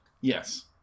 Yes